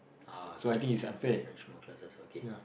ah okay arrange more classes okay